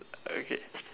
okay